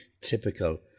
typical